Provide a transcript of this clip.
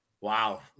Wow